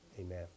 amen